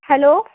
hello